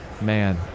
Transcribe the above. Man